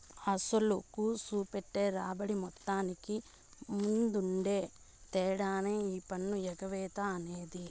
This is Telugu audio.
అసలుకి, సూపెట్టే రాబడి మొత్తానికి మద్దెనుండే తేడానే ఈ పన్ను ఎగేత అనేది